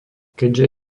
keďže